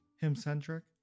him-centric